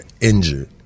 injured